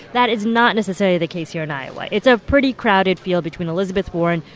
that is not necessarily the case here in iowa. it's a pretty crowded field between elizabeth warren,